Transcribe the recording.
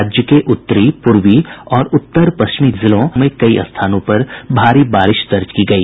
राज्य के उत्तरी पूर्वी और उत्तर पश्चिमी जिलों में कई स्थानों पर भारी बारिश दर्ज की गई